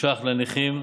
שקלים לנכים,